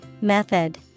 Method